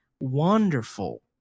wonderful